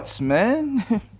man